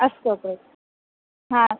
अस्तु अग्रज हा